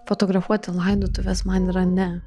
fotografuoti laidotuves man yra ne